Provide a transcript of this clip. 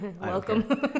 Welcome